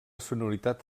sonoritat